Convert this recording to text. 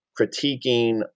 critiquing